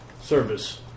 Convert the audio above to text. service